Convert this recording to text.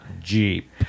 Jeep